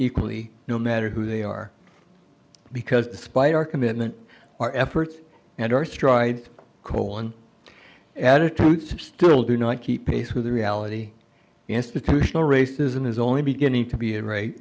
equally no matter who they are because despite our commitment our efforts and our stride colon attitudes still do not keep pace with the reality institutional racism is only beginning to be a great